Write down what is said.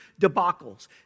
debacles